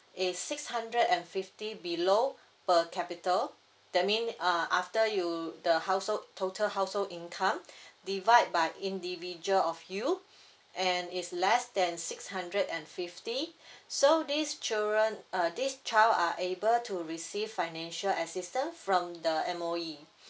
it's six hundred and fifty below per capital that mean uh after you the household total household income divide by individual of you and it's less than six hundred and fifty so these children uh this child are able to receive financial assistance from the M_O_E